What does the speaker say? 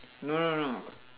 no no no